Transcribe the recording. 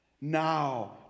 Now